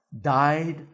died